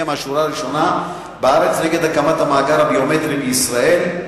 מהשורה הראשונה בארץ נגד הקמת המאגר הביומטרי בישראל.